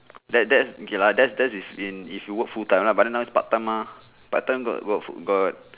that that's okay lah that's that's if in if you work full time mah but then now is part time mah part time got got got